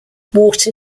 water